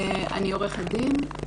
אני עורכת דין,